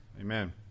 Amen